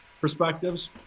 perspectives